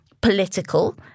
political